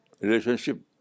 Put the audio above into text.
relationship